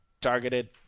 Targeted